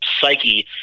psyche